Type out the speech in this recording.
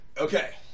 Okay